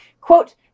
Quote